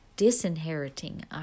disinheriting